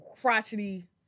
crotchety